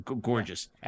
gorgeous